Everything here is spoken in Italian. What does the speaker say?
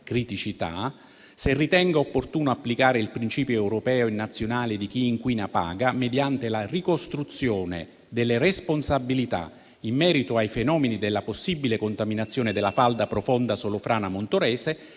criticità; se ritenga opportuno applicare il principio europeo e nazionale di chi inquina paga, mediante la ricostruzione delle responsabilità in merito ai fenomeni della possibile contaminazione della falda profonda Solofrana-Montorese